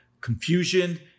confusion